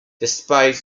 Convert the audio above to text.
despite